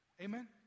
Amen